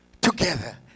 together